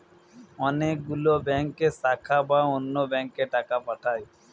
অনেক গুলো ব্যাংকের শাখা বা অন্য ব্যাংকে টাকা পাঠায়